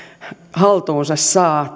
haltuunsa saa